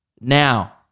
Now